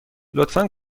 لطفا